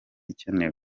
ikenewe